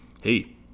hey